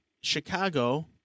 Chicago